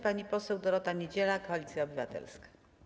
Pani poseł Dorota Niedziela, Koalicja Obywatelska.